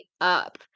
up